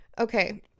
Okay